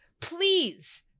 please